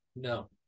no